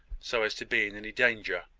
so as to be in any danger